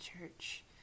Church